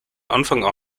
anfang